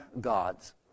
gods